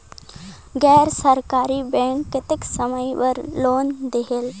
गैर सरकारी बैंक कतेक समय बर लोन देहेल?